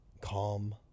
calm